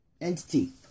entity